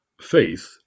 faith